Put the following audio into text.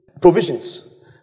provisions